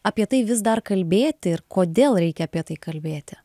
apie tai vis dar kalbėti ir kodėl reikia apie tai kalbėti